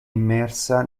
immersa